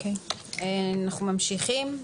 נמשיך,